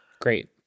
Great